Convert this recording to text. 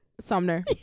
sumner